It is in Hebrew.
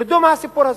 תרדו מהסיפור הזה.